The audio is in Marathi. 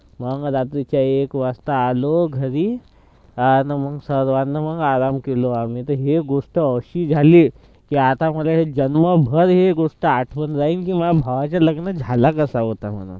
मग रात्रीच्या एक वाजता आलो घरी आणि मग सर्वांना मग आराम केलो आम्ही तर हे गोष्ट अशी झाली की आता मला हे जन्मभर हे गोष्ट आठवण राहीन की माया भावाचा लग्न झाला कसा होता म्हणून